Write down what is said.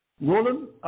Roland